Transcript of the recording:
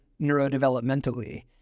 neurodevelopmentally